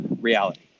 reality